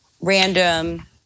random